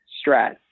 stress